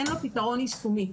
אין לו פתרון יישומי.